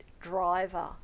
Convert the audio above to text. driver